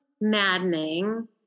maddening